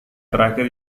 terakhir